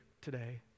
today